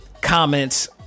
comments